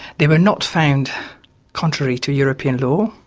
they were not found contrary to european law.